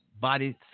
body